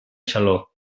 xaló